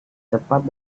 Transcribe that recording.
cepat